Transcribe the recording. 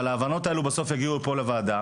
אבל ההבנות האלו בסוף יגיעו לפה לוועדה